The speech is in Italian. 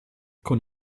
con